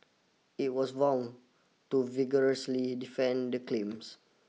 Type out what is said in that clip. it was vowed to vigorously defend the claims